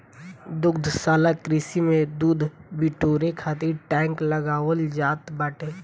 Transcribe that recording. दुग्धशाला कृषि में दूध बिटोरे खातिर टैंक लगावल जात बाटे